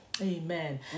Amen